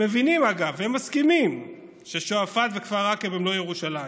הם מבינים והם מסכימים ששועפאט וכפר עקב הם לא ירושלים.